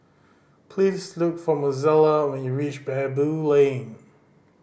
please look for Mozella when you reach Baboo Lane